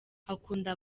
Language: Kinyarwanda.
akunda